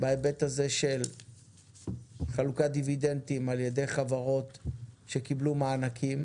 בהיבט הזה של חלוקת דיבידנדים על ידי חברות שקיבלו מענקים.